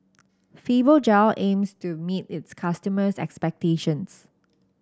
Fibogel aims to meet its customers' expectations